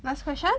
last question